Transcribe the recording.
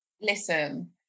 listen